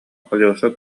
алеша